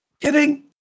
kidding